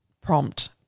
prompt